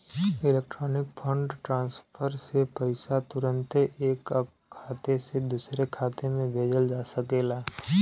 electronic fund transfer से पईसा तुरन्ते ऐक खाते से दुसरे खाते में भेजल जा सकेला